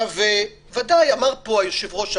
אמר פה היושב-ראש,